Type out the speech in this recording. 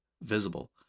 visible